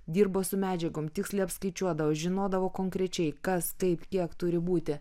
dirbo su medžiagom tiksliai apskaičiuodavo žinodavo konkrečiai kas kaip kiek turi būti